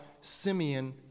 Simeon